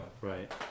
right